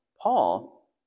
Paul